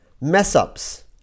mess-ups